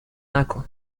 نکن